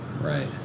Right